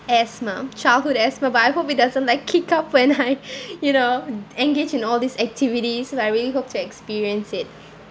asthma childhood asthma but I hope it doesn't like kick up when I you know engage in all these activities where I really hope to experience it